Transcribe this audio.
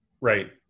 Right